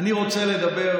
אני רוצה לדבר,